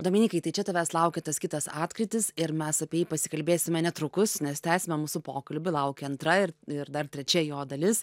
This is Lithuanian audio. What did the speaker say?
dominykai tai čia tavęs laukia tas kitas atkrytis ir mes apie jį pasikalbėsime netrukus nes tęsime mūsų pokalbį laukia antra ir ir dar trečia jo dalis